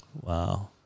Wow